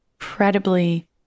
incredibly